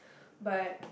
but